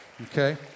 okay